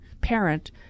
parent